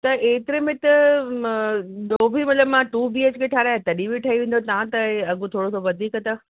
त एतिरे में त ॿियो बि मतिलब टू बी एच के ठहाराइ तॾहिं बि ठई वेंदो तव्हां त अघि थोरो वधीक था